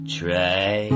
try